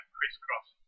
Crisscross